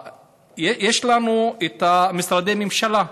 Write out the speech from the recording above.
יש לנו את משרדי הממשלה,